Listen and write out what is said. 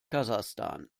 kasachstan